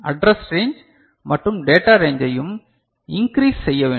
address range மற்றும் data ரேஞ்சையும் increase செய்ய வேண்டும்